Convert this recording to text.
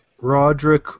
Roderick